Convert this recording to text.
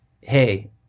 hey